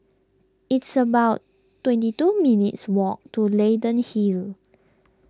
it's about twenty two minutes' walk to Leyden Hill